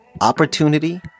Opportunity